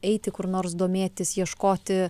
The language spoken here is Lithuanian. eiti kur nors domėtis ieškoti